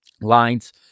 lines